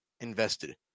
invested